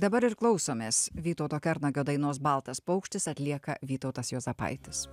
dabar ir klausomės vytauto kernagio dainos baltas paukštis atlieka vytautas juozapaitis